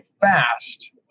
fast